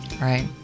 Right